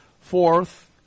Fourth